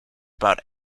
about